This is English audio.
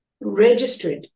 registered